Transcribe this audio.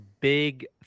big